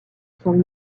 son